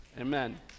Amen